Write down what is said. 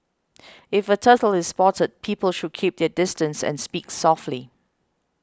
if a turtle is spotted people should keep their distance and speak softly